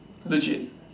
legit